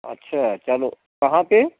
अच्छा चलो कहाँ पर